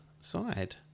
side